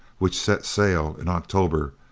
which set sail in october,